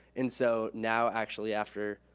and so now, actually, after,